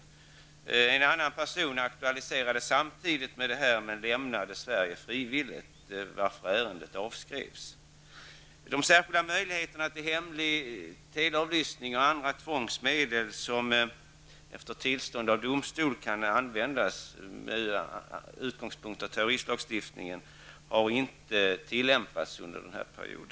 Utvisning av en annan person aktualiserades samtidigt med detta fall, men den personen lämnade Sverige frivilligt, varför ärendet avskrevs. De särskilda möjligheter till hemlig teleavlyssning och andra tvångsmedel som regleras i terroristlagstiftningen och kan användas efter tillstånd av domstol, har inte tillämpats under denna period.